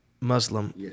Muslim